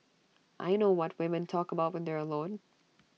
I know what women talk about when they're alone